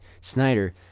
Snyder